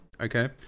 Okay